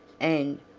and,